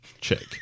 Check